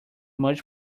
much